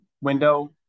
window